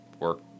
work